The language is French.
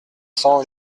cents